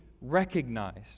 recognized